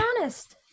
honest